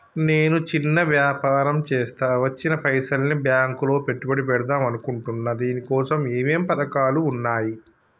నేను చిన్న వ్యాపారం చేస్తా వచ్చిన పైసల్ని బ్యాంకులో పెట్టుబడి పెడదాం అనుకుంటున్నా దీనికోసం ఏమేం పథకాలు ఉన్నాయ్?